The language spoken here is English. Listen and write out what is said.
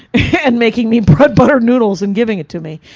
and making me but buttered noodles and giving it to me.